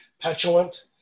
petulant